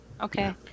Okay